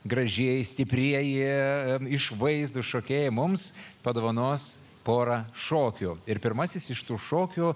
gražieji stiprieji išvaizdūs šokėjai mums padovanos porą šokių ir pirmasis iš tų šokių